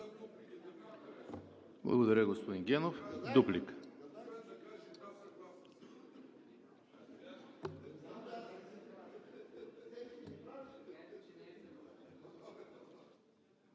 Благодаря, господин Генов. Дуплика.